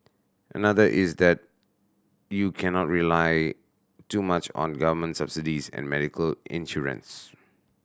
another is that you cannot rely too much on government subsidies and medical insurance